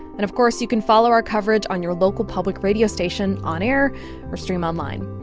and, of course, you can follow our coverage on your local public radio station on air or stream online.